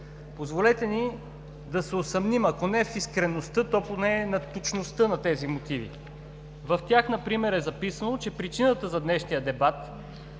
Позволете ни да се усъмним, ако не в искреността, то поне в точността на тези мотиви. В тях, например, е записано, че причината за днешния дебат